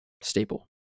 staple